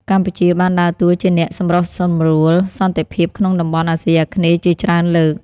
កម្ពុជាបានដើរតួជាអ្នកសម្រុះសម្រួលសន្តិភាពក្នុងតំបន់អាស៊ីអាគ្នេយ៍ជាច្រើនលើក។